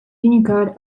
unicode